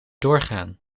doorgaan